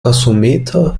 gasometer